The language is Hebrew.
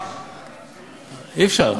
אי-אפשר.